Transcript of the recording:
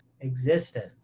existence